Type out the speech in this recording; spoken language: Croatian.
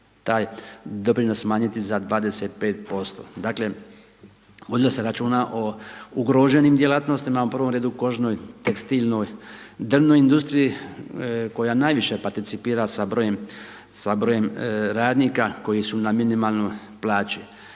taj doprinos smanjiti za 25%. Dakle, vodilo se računa o ugroženim djelatnostima, u provom redu, kožnoj, tekstilnoj, drvnoj industriji, koja najviše participira sa brojem radnika, koje su na minimalnoj plaći.